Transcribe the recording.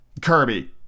Kirby